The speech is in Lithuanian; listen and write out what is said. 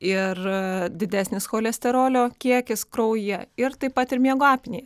ir didesnis cholesterolio kiekis kraujyje ir taip pat ir miego apnėja